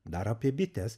dar apie bites